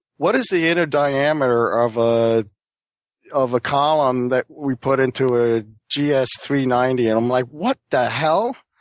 what is the inner diameter of ah of a column that we put into a g s three nine zero? and i'm like, what the hell?